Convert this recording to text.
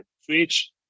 Switch